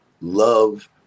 love